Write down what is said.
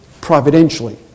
providentially